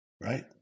Right